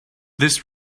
this